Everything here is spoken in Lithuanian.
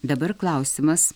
dabar klausimas